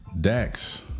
Dax